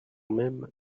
même